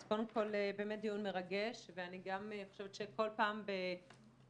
אז קודם כל באמת דיון מרגש ואני גם חושבת שכל פעם במאבק